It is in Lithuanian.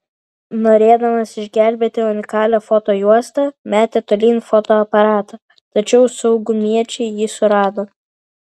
norėdamas išgelbėti unikalią fotojuostą metė tolyn fotoaparatą tačiau saugumiečiai jį surado